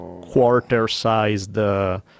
quarter-sized